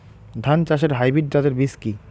ধান চাষের হাইব্রিড জাতের বীজ কি?